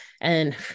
And-